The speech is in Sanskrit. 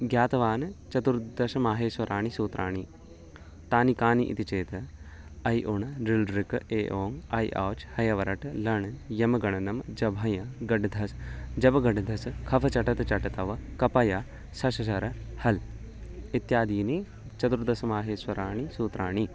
ज्ञातवान् चतुर्दशमाहेश्वराणि सूत्राणि तानि कानि इति चेत् अइउण् ऋलृक् एओङ् ऐऔच् हयवरट् लण् ङमगणम् झभञ् घढधश् जबगडदश् खफछठथचटतव् कपय् शषसर् हल् इत्यादीनि चतुर्दश माहेश्वराणि सूत्राणि